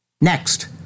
next